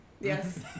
yes